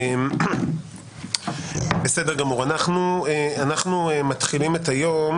אנחנו מתחילים את היום,